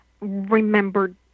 remembered